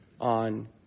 on